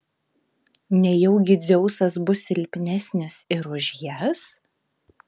nejaugi dzeusas bus silpnesnis ir už jas